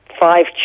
five